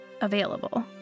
available